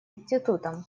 институтам